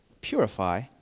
purify